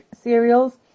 cereals